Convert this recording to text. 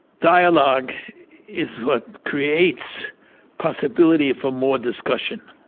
dialogue is what creates possibility for more discussion.